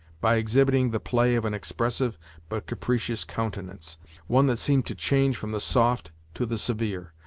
by exhibiting the play of an expressive but capricious countenance one that seemed to change from the soft to the severe,